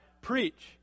preach